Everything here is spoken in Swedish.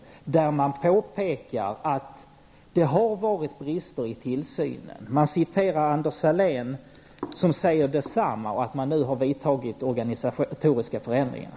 I artikeln påpekas att det har varit brister i tillsynen. Man citerar Anders Sahlén, som säger detsamma och nämner att det nu har gjorts organisatoriska förändringar.